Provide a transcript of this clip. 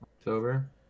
October